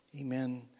Amen